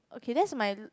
okay that's my